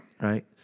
Right